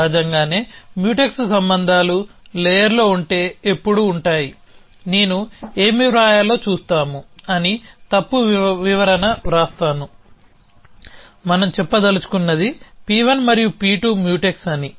సహజంగానే మ్యూటెక్స్ సంబంధాలు లేయర్లో ఉంటే ఎప్పుడూ ఉంటాయి నేను ఏమి వ్రాయాలో చూస్తాము అని తప్పు వివరణ వ్రాస్తాను మనం చెప్పదలుచుకున్నది P1 మరియు P2 మ్యూటెక్స్ అని